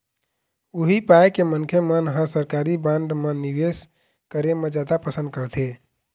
उही पाय के मनखे मन ह सरकारी बांड म निवेस करे म जादा पंसद करथे